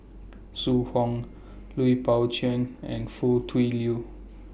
Zhu Hong Lui Pao Chuen and Foo Tui Liew